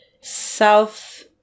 South